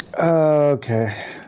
Okay